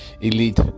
elite